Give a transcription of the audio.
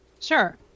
Sure